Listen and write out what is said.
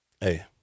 Hey